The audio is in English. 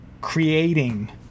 creating